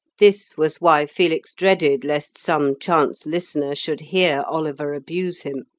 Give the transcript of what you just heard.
this was why felix dreaded lest some chance listener should hear oliver abuse him.